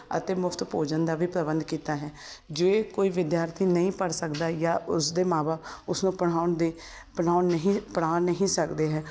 ਅਤੇ ਮੁਫਤ ਭੋਜਨ ਦਾ ਵੀ ਪ੍ਰਬੰਧ ਕੀਤਾ ਹੈ ਜੇ ਕੋਈ ਵਿਦਿਆਰਥੀ ਨਹੀਂ ਪੜ੍ਹ ਸਕਦਾ ਜਾਂ ਉਸਦੇ ਮਾਂ ਬਾਪ ਉਸਨੂੰ ਪੜ੍ਹਾਉਣ ਦੇ ਪੜ੍ਹਾਉਣ ਨਹੀਂ ਪੜ੍ਹਾ ਨਹੀਂ ਸਕਦੇ ਹੈ